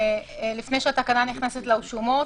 לפני שהתקנה נכנסת לרשומות,